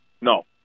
No